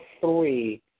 three